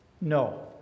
No